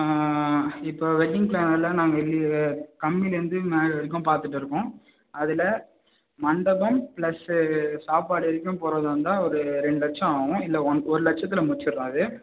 இப்போ வெட்டிங் பிளனரில் நாங்கள் வெளியே கம்மிலேருந்து மேலே வரைக்கும் பார்த்துட்டு இருக்கோம் அதில் மண்டபம் ப்ளஸ்ஸு சாப்பாடு வரைக்கும் போகிறதா இருந்தால் ஒரு ரெண்டு லட்சம் ஆகும் இல்லை ஒன் ஒரு லட்சத்தில் முடிச்சிடலாம் அது